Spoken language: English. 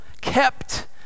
kept